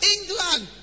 England